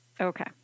Okay